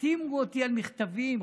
החתימו אותי על מכתבים,